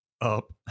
up